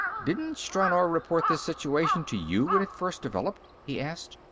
didn't stranor report this situation to you when it first developed? he asked.